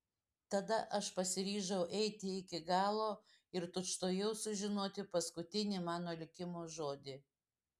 tada aš pasiryžau eiti iki galo ir tučtuojau sužinoti paskutinį mano likimo žodį